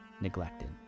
neglected